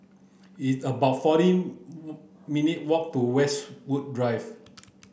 it's about fourteen minute' walk to Westwood Drive